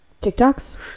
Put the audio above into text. tiktoks